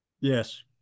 Yes